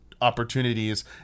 opportunities